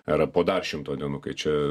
ir po dar šimto dienų kai čia